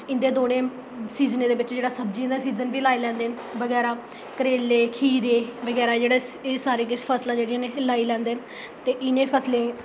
इं'दे सीज़न च सब्जियें दा सीज़न बी लाई लैंदे न करेले खीरे बगैरा जेह्ड़ा एह् सारियां किश फसलां जेह्ड़ियां न लाई लैंदे न ते इ'नें फसलां